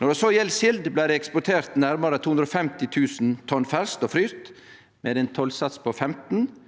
Når det gjeld sild, blei det eksportert nærmare 250 000 tonn fersk og fryst sild med ein tollsats på 15 pst.,